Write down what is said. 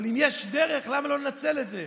אבל אם יש דרך, למה לא לנצל את זה?